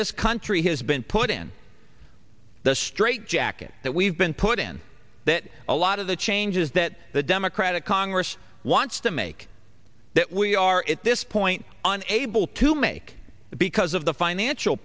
this country has been put in the straitjacket that we've been put in that a lot of the changes that the democratic congress wants to make that we are at this point unable to make because of the financial